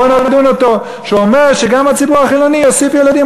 בוא נדון אותו שהוא אומר שגם הציבור החילוני יוסיף ילדים.